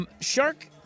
Shark